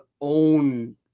own